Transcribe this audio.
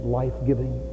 life-giving